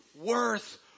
worth